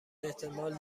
احتمال